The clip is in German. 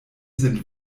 sind